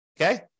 Okay